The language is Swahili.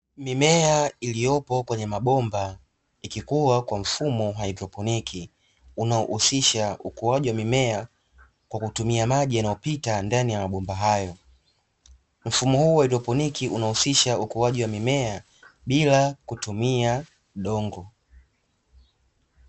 Mimea iliyopo kwenye mabomba, ikikuwa kwa mfumo wa haidroponic, unaohusisha ukuaji wa mmea kwakutumia maji yanayopita ndani ya mabomba hayo. Mfumo huu wa haidroponic unaohusisha ukuaji wa mmea bila kutumia udogo.